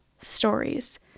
stories